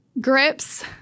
grips